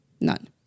none